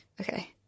Okay